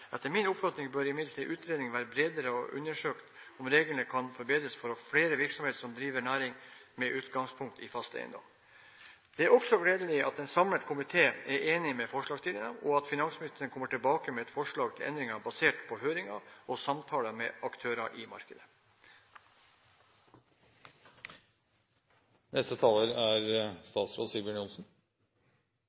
Etter min oppfatning bør imidlertid utredningen være bredere og undersøke om reglene kan forbedres for flere virksomheter som driver næring med utgangspunkt i fast eiendom.» Det er også gledelig at en samlet komité er enig med forslagsstillerne, og at finansministeren kommer tilbake med et forslag til endringer basert på høringen og samtaler med aktører i markedet. Det er